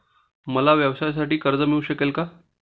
मला व्यवसायासाठी कर्ज मिळू शकेल का?